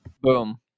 Boom